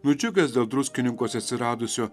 nudžiugęs dėl druskininkuose atsiradusio